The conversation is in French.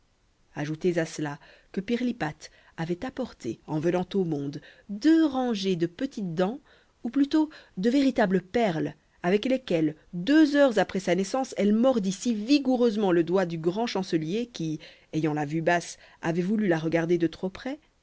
ajoutez à cela que pirlipate avait apporté en venant au monde deux rangées de petites dents ou plutôt de véritables perles avec lesquelles deux heures après sa naissance elle mordit si vigoureusement le doigt du grand chancelier qui ayant la vue basse avait voulu la regarder de trop près